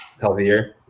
healthier